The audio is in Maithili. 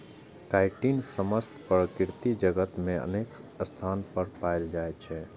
काइटिन समस्त प्रकृति जगत मे अनेक स्थान पर पाएल जाइ छै